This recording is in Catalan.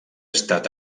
estat